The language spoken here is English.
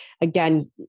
again